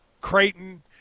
Creighton